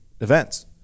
events